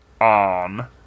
on